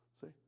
See